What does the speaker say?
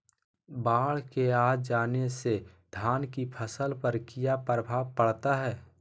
बाढ़ के आ जाने से धान की फसल पर किया प्रभाव पड़ता है?